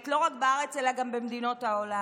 לא רק בארץ אלא גם במדינות העולם.